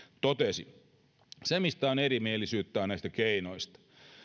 totesi erimielisyyttä on näistä keinoista